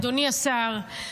אדוני השר,